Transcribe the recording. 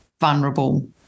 vulnerable